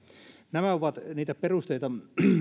nämä ovat niitä perusteita